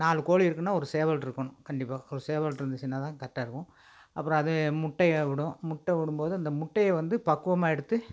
நாலு கோழி இருக்குன்னால் ஒரு சேவல் இருக்கணும் கண்டிப்பாக ஒரு சேவல் இருந்துச்சின்னால் தான் கரெக்டாக இருக்கும் அப்பறம் அது முட்டையை விடும் முட்டை விடும் போது இந்த முட்டையை வந்து பக்குவமாக எடுத்து